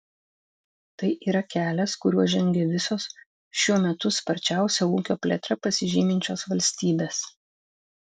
tai yra kelias kuriuo žengia visos šiuo metu sparčiausia ūkio plėtra pasižyminčios valstybės